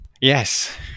Yes